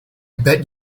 bet